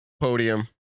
Podium